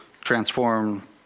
transform